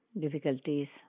difficulties